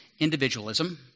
individualism